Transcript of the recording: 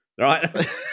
Right